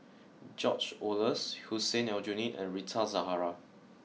George Oehlers Hussein Aljunied and Rita Zahara